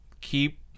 keep